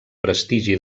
prestigi